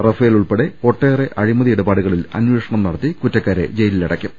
Rafale ഉൾപ്പെടെ ഒട്ടേറെ അഴിമതി ഇടപാടുകളിൽ അന്വേഷണം നടത്തി കുറ്റക്കാരെ ജയിലിലടക്കും